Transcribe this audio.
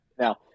Now